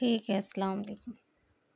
ٹھیک ہے السلام علیکم